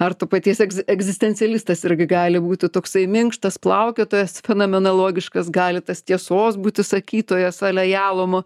ar to paties egz egzistencialistas irgi gali būti toksai minkštas plaukiotojas fenemonalogiškas gali tas tiesos būti sakytojas alejalumu